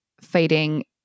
fighting